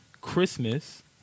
christmas